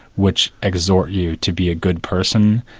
which exhort you to be a good person,